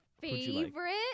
Favorite